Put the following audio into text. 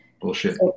Bullshit